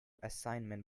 assignment